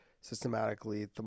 systematically